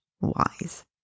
wise